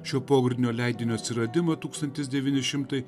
šio pogrindinio leidinio atsiradimą tūkstantis devyni šimtai